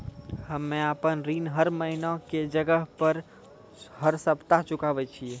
हम्मे आपन ऋण हर महीना के जगह हर सप्ताह चुकाबै छिये